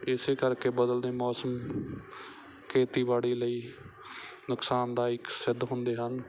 ਇਸ ਕਰਕੇ ਬਦਲਦੇ ਮੌਸਮ ਖੇਤੀਬਾੜੀ ਲਈ ਨੁਕਸਾਨਦਾਇਕ ਸਿੱਧ ਹੁੰਦੇ ਹਨ